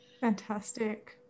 Fantastic